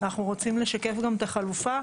אנחנו רוצים לשקף גם את החלופה,